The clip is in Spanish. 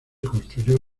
construyó